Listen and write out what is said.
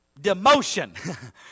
Demotion